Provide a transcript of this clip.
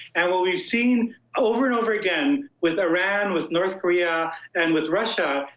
and what we've seen over and over again with iran, with north korea, and with russia,